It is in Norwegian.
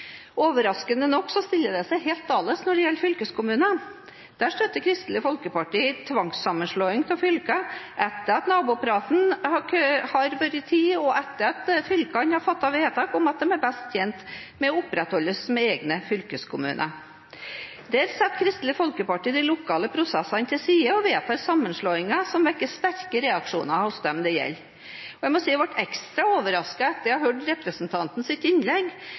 Overraskende nok stiller det seg helt annerledes når det gjelder fylkeskommunene. Der støtter Kristelig Folkeparti tvangssammenslåing av fylker etter at nabopraten er tatt, etter at fylkene har fattet vedtak om at de er best tjent med å bli opprettholdt som egne fylkeskommuner. Der setter Kristelig Folkeparti de lokale prosessene til side og vedtar sammenslåinger som vekker sterke reaksjoner hos dem det gjelder. Jeg må si jeg ble ekstra overrasket over representanten Toskedals innlegg, der han faktisk fortalte hvor trasig mange av disse konstruksjonene er. Jeg